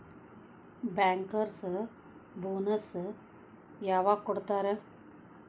Bankers bonus ಯವಾಗ್ ಕೊಡ್ತಾರ?